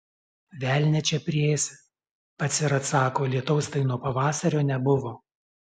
velnią čia priėsi pats ir atsako lietaus tai nuo pavasario nebuvo